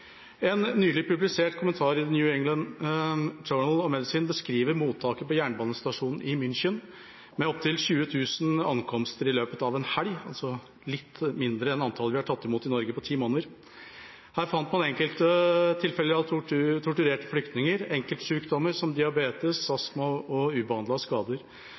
En nylig publisert kommentar i The New England Journal of Medicine beskriver mottaket på jernbanestasjonen i München med opptil 20 000 ankomster i løpet av en helg, altså litt færre enn det antallet vi har tatt imot i Norge på ti måneder. Her fant man enkelte tilfeller av torturerte flyktninger, enkeltsykdommer som diabetes, astma og ubehandlede skader,